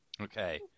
Okay